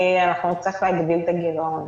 אנחנו נצטרך להגדיל את הגירעון.